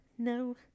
No